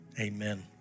Amen